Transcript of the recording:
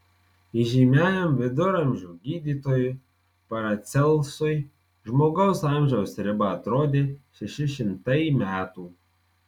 įžymiajam viduramžių gydytojui paracelsui žmogaus amžiaus riba atrodė šeši šimtai metų